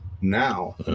now